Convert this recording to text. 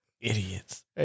Idiots